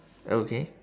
okay